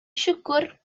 siwgr